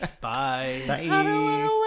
Bye